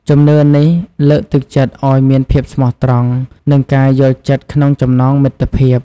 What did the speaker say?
ជំនឿនេះលើកទឹកចិត្តឲ្យមានភាពស្មោះត្រង់ និងការយល់ចិត្តក្នុងចំណងមិត្តភាព។